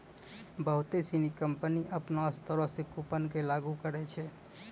बहुते सिनी कंपनी अपनो स्तरो से कूपन के लागू करै छै